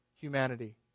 humanity